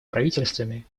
правительствами